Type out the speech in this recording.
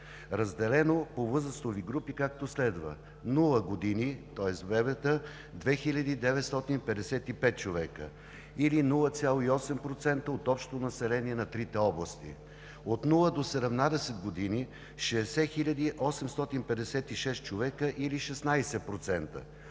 Разделено по възрастови групи е, както следва: нула години, тоест бебета – 2955 човека, или 0,8% от общото население на трите области; от нула до 17 години – 60 856 човека, или 16%;